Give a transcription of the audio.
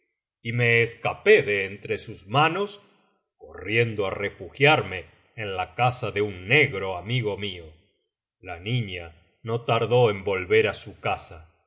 y rae escapé de entre sus manos corriendo á refugiarme en la casa de un negro amigo míola niña no tardó en volver á su casa